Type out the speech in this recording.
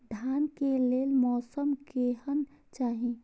धान के लेल मौसम केहन चाहि?